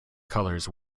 colours